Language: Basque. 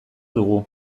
dugu